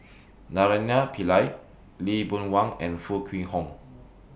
Naraina Pillai Lee Boon Wang and Foo Kwee Horng